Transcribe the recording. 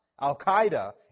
Al-Qaeda